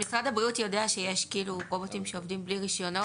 אז משרד הבריאות יודע שיש רובוטים שעובדים בלי רישיונות?